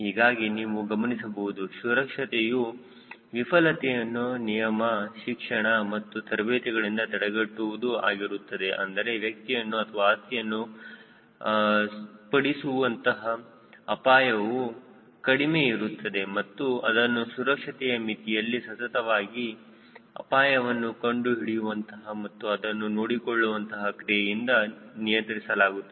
ಹೀಗಾಗಿ ನೀವು ಗಮನಿಸಬಹುದು ಸುರಕ್ಷತೆಯು ವಿಫಲತೆಯನ್ನು ನಿಯಮ ಶಿಕ್ಷಣ ಮತ್ತು ತರಬೇತಿಗಳಿಂದ ತಡೆಗಟ್ಟುವುದು ಆಗಿರುತ್ತದೆ ಅಂದರೆ ವ್ಯಕ್ತಿಯನ್ನು ಅಥವಾ ಆಸ್ತಿಯನ್ನು ಪಡಿಸುವಂತಹ ಅಪಾಯವು ಕಡಿಮೆ ಇರುತ್ತದೆ ಮತ್ತು ಅದನ್ನು ಸುರಕ್ಷತೆಯ ಮಿತಿಯಲ್ಲಿ ಸತತವಾದ ಅಪಾಯವನ್ನು ಕಂಡು ಹಿಡಿಯುವಂತಹ ಮತ್ತು ಅದನ್ನು ನೋಡಿಕೊಳ್ಳುವಂತಹ ಕ್ರಿಯೆಯಿಂದ ನಿಯಂತ್ರಿಸಲಾಗುತ್ತದೆ